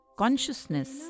Consciousness